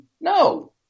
No